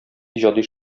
иҗади